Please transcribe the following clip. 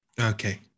Okay